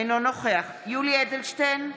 אינו נוכח יולי יואל אדלשטיין,